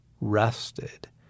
rested